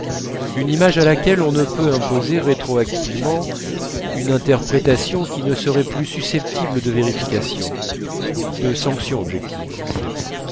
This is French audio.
une image à laquelle on ne peut imposer rétroactivement une interprétation qui ne serait plus susceptible de vérification de sanction objective